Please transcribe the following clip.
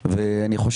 האם עוד פעם